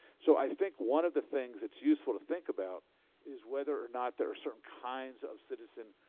so i think one of the things that's useful to think about is whether or not there are certain kinds of citizen